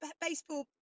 baseball